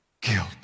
guilt